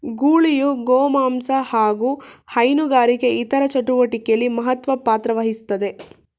ಗೂಳಿಯು ಗೋಮಾಂಸ ಹಾಗು ಹೈನುಗಾರಿಕೆ ಇತರ ಚಟುವಟಿಕೆಲಿ ಮಹತ್ವ ಪಾತ್ರವಹಿಸ್ತದೆ